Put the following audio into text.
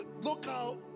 Local